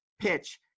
PITCH